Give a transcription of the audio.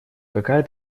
какая